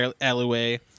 alleyway